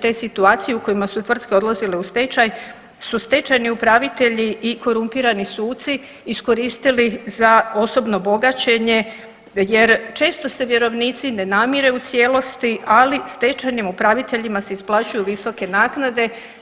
te situacije u kojima su tvrtke odlazile u stečaj su stečajni upravitelji i korumpirani suci iskoristili za osobno bogaćenje jer često se vjerovnici ne namire u cijelosti, ali stečajnim upraviteljima se isplaćuju visoke naknade.